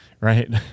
right